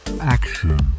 Action